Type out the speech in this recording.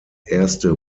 erste